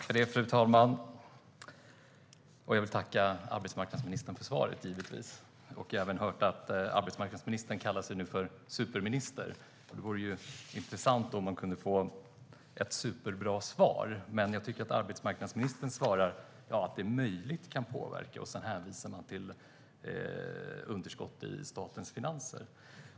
Fru talman! Jag vill givetvis tacka arbetsmarknadsministern för svaret. Jag har även hört att arbetsmarknadsministern nu kallas för superminister. Det vore då intressant om jag hade kunnat få ett superbra svar. Men arbetsmarknadsministern svarar att marginalskattehöjningarna möjligen kan påverka arbetsmarknaden och hänvisar sedan till underskott i statens finanser.